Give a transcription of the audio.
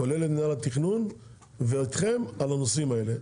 כולל את מינהל התכנון ואתכם על הנושאים האלה.